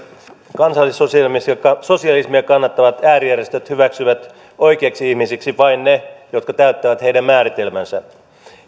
kansallissosialismia kannattavat äärijärjestöt hyväksyvät oikeiksi ihmisiksi vain ne jotka täyttävät heidän määritelmänsä